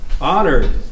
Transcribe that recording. honored